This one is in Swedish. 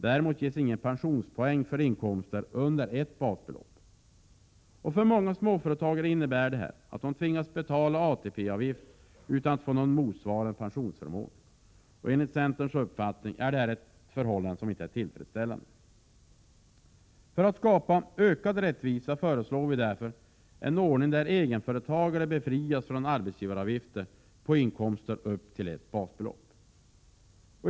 Däremot ges ingen pensionspoäng för inkomster under ett basbelopp. För många småföretagare innebär detta att de tvingas betala ATP-avgift utan att få någon motsvarande pensionsförmån. Enligt centerns uppfattning är detta förhållande inte tillfredsställande. För att skapa ökad rättvisa föreslår vi en ordning där egenföretagare befrias från arbetsgivaravgifter på inkomster upp till ett basbelopp.